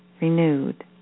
renewed